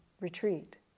retreat